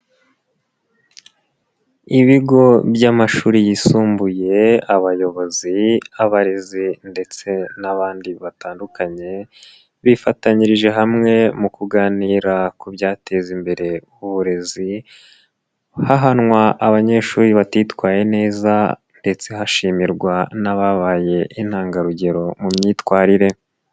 Ibigo by'amashuri yisumbuye abayobozi, abarezi ndetse n'abandi batandukanye bifatanyirije hamwe mu kuganira ku byateza imbere uburezi, hahanwa abanyeshuri batitwaye neza ndetse hashimirwa n'ababaye intangarugero mu myitwarire.